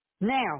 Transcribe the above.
now